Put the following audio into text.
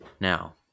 Now